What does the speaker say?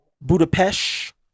Budapest